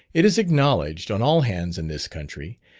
it is acknowledged on all hands in this country,